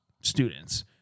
students